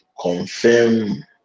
confirm